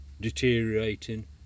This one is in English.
deteriorating